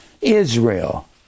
Israel